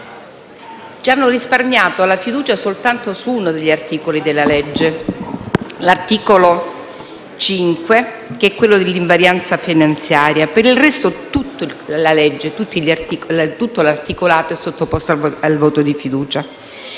Ci hanno risparmiato la fiducia soltanto su uno degli articoli della legge, l'articolo 5, che è quello dell'invarianza finanziaria. Per il resto, tutta la legge, l'intero l'articolato è stato sottoposti al voto di fiducia.